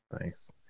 Nice